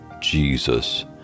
Jesus